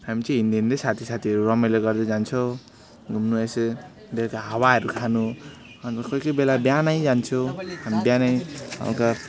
हामी चाहिँ हिँड्दै हिँड्दै साथी साथीहरू रमाइलो गर्दै जान्छौँ घुम्न यसो बेलुका हावाहरू खान अन्त कोही कोही बेला बिहानै जान्छौँ अनि बिहानै हलुका